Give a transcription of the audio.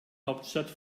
hauptstadt